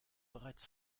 bereits